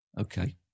Okay